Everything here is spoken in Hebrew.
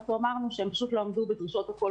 ואנחנו אמרנו שהם פשוט לא עמדו בדרישות הקול